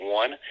one